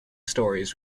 stories